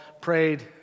prayed